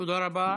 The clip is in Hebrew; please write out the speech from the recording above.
תודה רבה.